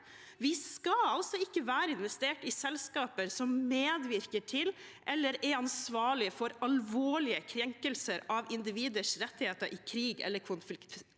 Vi skal altså ikke ha investeringer i selskaper som medvirker til eller er ansvarlig for alvorlige krenkelser av individers rettigheter i krig eller